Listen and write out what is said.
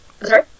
sorry